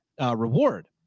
reward